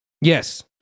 yes